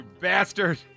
bastard